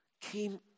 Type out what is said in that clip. came